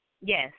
Yes